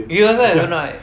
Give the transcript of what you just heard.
you also have no idea